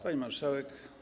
Pani Marszałek!